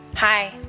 Hi